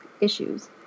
issues